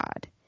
God